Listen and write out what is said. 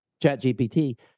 ChatGPT